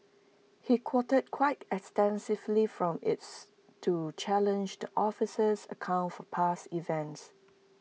he quoted quite extensively from its to challenge the officer's account for past events